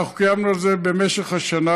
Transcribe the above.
אנחנו קיימנו על זה במשך השנה,